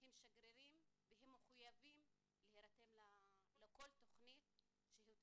הם שגרירים והם מחויבים להירתם לכל תכנית שלא תוצע.